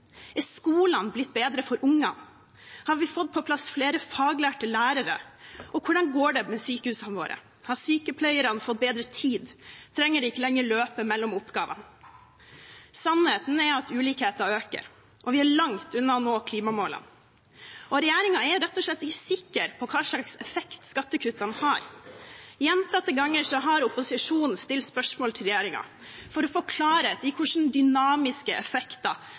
Er skolene blitt bedre for ungene? Har vi fått på plass flere faglærte lærere? Og hvordan går det med sykehusene våre? Har sykepleierne fått bedre tid, trenger de ikke lenger å løpe mellom oppgavene? Sannheten er at ulikheten øker og vi er langt unna å nå klimamålene. Og regjeringen er rett og slett ikke sikker på hva slags effekt skattekuttene har. Gjentatte ganger har opposisjonen stilt spørsmål til regjeringen for å få klarhet i hvilke dynamiske effekter